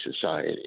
society